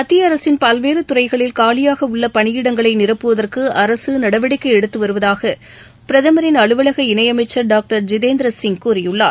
மத்தியஅரசின் பல்வேறுதுறைகளில் காலியாகஉள்ளபணியிடங்களைநிரப்புவதற்குஅரசுநடவடிக்கைஎடுத்துவருவதாகபிரதமரின் அவுவலக இணையமைச்சர் டாக்டர் ஜிதேந்திரசிங் கூறியுள்ளார்